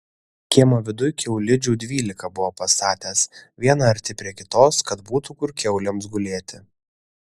kiemo viduj kiaulidžių dvylika buvo pastatęs vieną arti prie kitos kad būtų kur kiaulėms gulėti